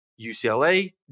UCLA